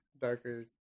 darker